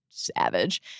savage